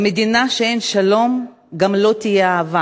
במדינה שאין שלום גם לא תהיה אהבה /